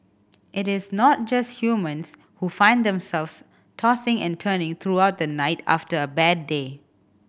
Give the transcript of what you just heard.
it is not just humans who find themselves tossing and turning throughout the night after a bad day